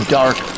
dark